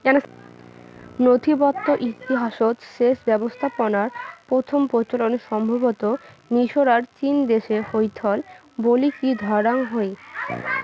নথিবদ্ধ ইতিহাসৎ সেচ ব্যবস্থাপনার প্রথম প্রচলন সম্ভবতঃ মিশর আর চীনদেশে হইথল বলিকি ধরাং হই